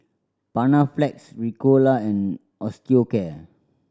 Panaflex Ricola and Osteocare